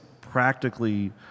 practically